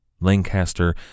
Lancaster